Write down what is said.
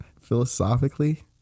Philosophically